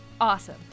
Awesome